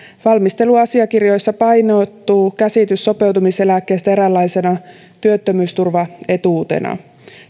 valmisteluasiakirjoissa painottuu käsitys sopeutumiseläkkeestä eräänlaisena työttömyysturvaetuutena